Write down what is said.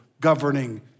governing